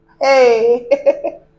Hey